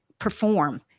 perform